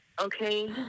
Okay